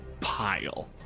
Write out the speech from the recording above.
pile